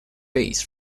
bass